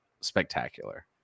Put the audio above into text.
spectacular